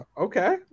Okay